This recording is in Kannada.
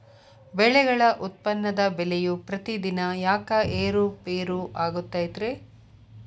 ಬೆಳೆಗಳ ಉತ್ಪನ್ನದ ಬೆಲೆಯು ಪ್ರತಿದಿನ ಯಾಕ ಏರು ಪೇರು ಆಗುತ್ತೈತರೇ?